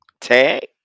tag